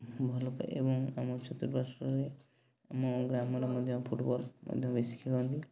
ଭଲ ପାଏ ଏବଂ ଆମ ଚତୁର୍ପାଶ୍ୱରେ ଆମ ଗ୍ରାମରେ ମଧ୍ୟ ଫୁଟବଲ୍ ମଧ୍ୟ ବେଶୀ ଖେଳନ୍ତି